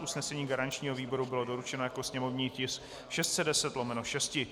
Usnesení garančního výboru bylo doručeno jako sněmovní tisk 610/6.